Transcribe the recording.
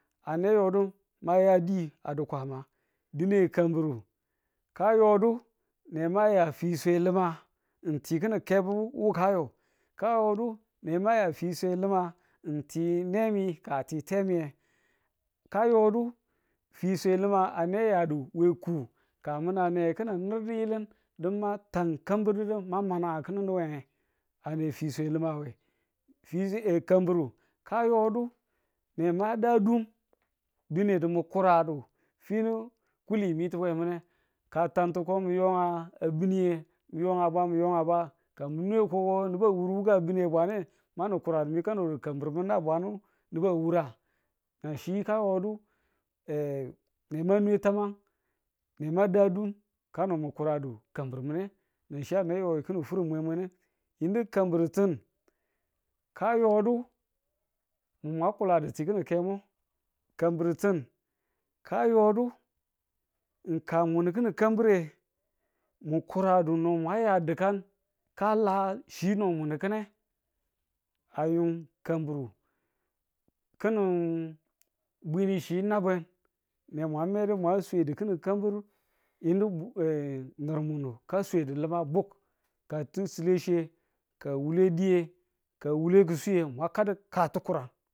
ane yodu ma ya diye a du Kwama dine kamburu ka yo du nema ya fiswe li̱ma ng ti kinin kebu wukayo, kayodu ne ma ya fwiswe limang ng ti nemi ka ti temi ka yodu fiswe lima a ne yadu we ku ka a minane we kinin nur diyilin din ma tan kambirdudu ma ma nangkuku we ye a ne fiswe lima we fis- a kamburu ka yodu ne ma dadum dinedu mu kuradu finu kulimitu we meneka a tantu ko mwi yo a biniye, miyo a bwa miyo a bwa. ka nwe ko nubwe wur wuka bine we bwane manin kuradu mwi kano kamburumu we bwanu nubu a wurang nan chi ayo du ne ma nwe tamang ne ma dadum kano mu kuradu kambirmune. nan chi a yo kini furi mwe mwe nune. yinu kambiritin ka yo du mun mwa kuladu ti ki̱nin kemo kamburutin ka yodu wu ka mun ki̱nin kambire mu kuradu nu mwa ya dikan ka la chi nu mun ki̱ne a yun kamburu ki̱nin bwirichi nabwen ne mwa medu mwa swedu ki̱nin kamburu yinu nurmunu ka swedu limang buk ka tin sile chiye ka wulediye ka wule kuswiye mwa kadu ka tukurang.